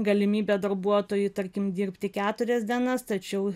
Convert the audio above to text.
galimybę darbuotojui tarkim dirbti keturias dienas tačiau